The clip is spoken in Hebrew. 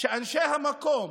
שאנשי המקום,